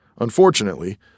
Unfortunately